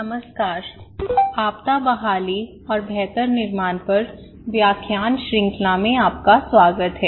नमस्कार आपदा बहाली और बेहतर निर्माण पर व्याख्यान श्रृंखला में आपका स्वागत है